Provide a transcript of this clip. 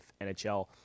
NHL